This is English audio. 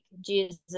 Jesus